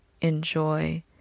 enjoy